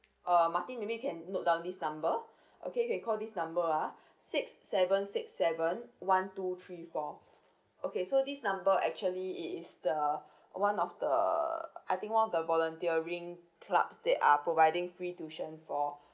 uh martin maybe you can note down this number okay you can call this number ah six seven six seven one two three four okay so this number actually it is the one of the I think one of the volunteering clubs that are providing free tuition for